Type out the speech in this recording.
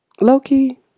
Loki